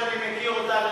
הלוואי.